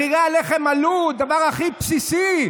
מחירי הלחם עלו, הדבר הכי בסיסי.